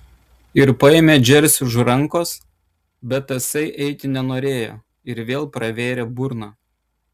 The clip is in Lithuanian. ir paėmė džersį už rankos bet tasai eiti nenorėjo ir vėl pravėrė burną